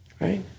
right